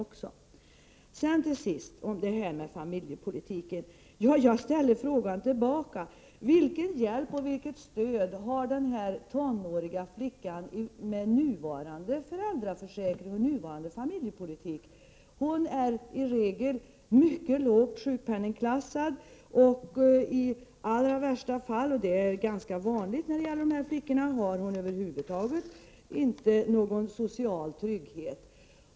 Till sist vill jag returnera frågan om familjepolitiken: Vilken hjälp och vilket stöd har den tonåriga flickan med nuvarande föräldraförsäkring och familjepolitik? Hon är i regel mycket lågt sjukpenningplacerad. I allra värsta fall har hon — vilket är ganska vanligt när det gäller dessa flickor — över huvud taget ingen social trygghet.